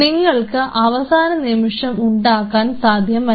നിങ്ങൾക്ക് അവസാനനിമിഷം ഉണ്ടാക്കാൻ സാധ്യമല്ല